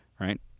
right